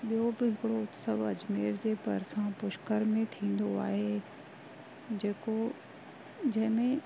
ॿियो बि हिकिड़ो उत्सव अजमेर जे भरिसां पुष्कर में थींदो आहे जेको जंहिं में मतिलबु